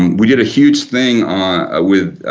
we did a huge thing ah ah with,